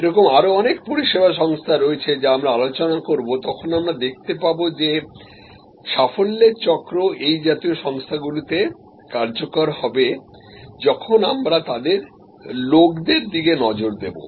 এরকম আরও অনেক পরিষেবা সংস্থা রয়েছে যা আমরা আলোচনা করব তবে আমরা দেখতে পাব সাফল্যের চক্র এই জাতীয় সংস্থাগুলিতে কার্যকর হবে যখন আমরা তাদের লোকদের দিকে নজর দেব